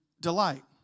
delight